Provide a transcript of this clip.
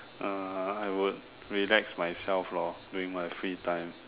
uh I would relax myself lor during my free time